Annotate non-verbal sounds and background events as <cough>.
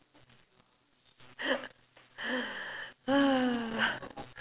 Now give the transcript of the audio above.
<laughs>